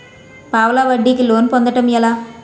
పావలా వడ్డీ కి లోన్ పొందటం ఎలా?